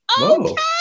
okay